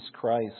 Christ